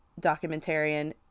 documentarian